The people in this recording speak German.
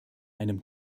einem